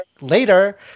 later